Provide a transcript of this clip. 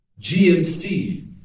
GMC